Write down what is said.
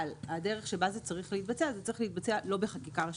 אבל הדרך שבה זה צריך להתבצע היא לא בחקיקה ראשית.